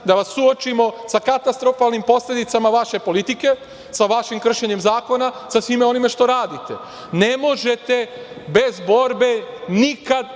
da vas suočimo sa katastrofalnim posledicama vaše politike, sa vašim kršenjem zakona, sa svime onim što radite. Ne možete bez borbe nikada